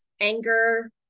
anger